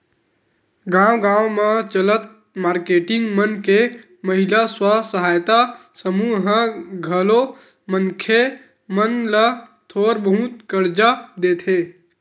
गाँव गाँव म चलत मारकेटिंग मन के महिला स्व सहायता समूह ह घलो मनखे मन ल थोर बहुत करजा देथे